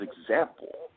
example